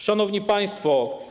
Szanowni Państwo!